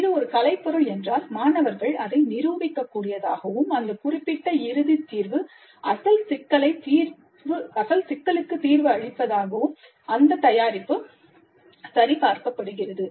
இது ஒரு கலைப்பொருள் என்றால் மாணவர்கள் அதை நிரூபிக்க கூடியதாகவும் அந்த குறிப்பிட்ட இறுதி தீர்வு அசல் சிக்கலை தீர்வு அளிப்பதாகவும் அந்தத் தயாரிப்பு சரி பார்க்கப்படுகிறது